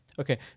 Okay